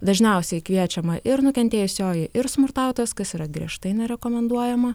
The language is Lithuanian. dažniausiai kviečiama ir nukentėjusioji ir smurtautojas kas yra griežtai nerekomenduojama